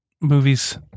movies